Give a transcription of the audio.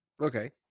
okay